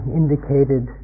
indicated